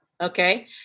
Okay